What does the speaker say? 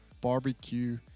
barbecue